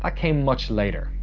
ah came much later.